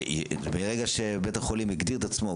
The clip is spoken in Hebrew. ברגע שבית החולים הגדיר את עצמו,